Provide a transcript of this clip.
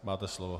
Máte slovo.